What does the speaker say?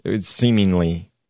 seemingly